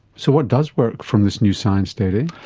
so what does work from this new science, dedee?